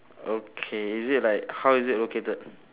okay is it like how is it located